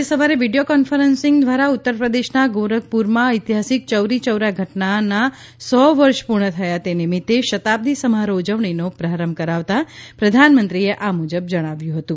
આજે સવારે video conferencing દ્વારા ઉત્તરપ્રદેશના ગોરખપુરમાં ઐતિહાસિક ચૌરી ચૌરા ઘટનાના સો વર્ષ પુર્ણ થયા તે નિમિત્તે શતાબ્દી સમારોહ ઉજવણીનો પ્રારંભ કરાવતા પ્રધાનમંત્રીએ આ મુજબ જણાવ્યું હતું